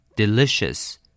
Delicious